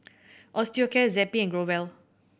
Osteocare Zappy and Growell